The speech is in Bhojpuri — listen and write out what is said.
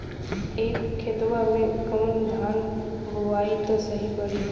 ए खेतवा मे कवन धान बोइब त सही पड़ी?